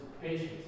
patience